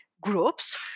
groups